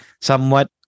somewhat